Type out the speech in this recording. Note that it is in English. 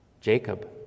Jacob